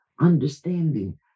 understanding